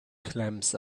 clams